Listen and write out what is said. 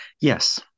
yes